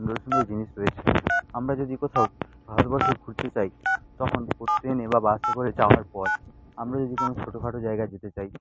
সুন্দর সুন্দর জিনিস রয়েছে আমরা যদি কোথাও ভারতবর্ষে ঘুরতে চাই তখনও ট্রেনে বা বাসে করে যাওয়ার পর আমরা যদি কোনও ছোটখাটো জায়গা যেতে চাই